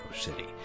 city